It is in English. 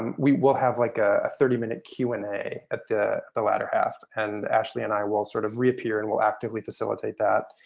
we will have like a thirty minute q and a at the the latter half, and ashley and i will sort of reappear and will actively facilitate that.